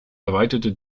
erweiterte